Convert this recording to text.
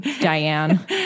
Diane